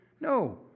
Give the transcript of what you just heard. No